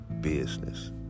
business